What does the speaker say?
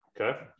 Okay